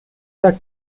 sag